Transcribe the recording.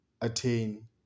attain